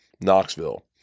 Knoxville